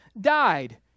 died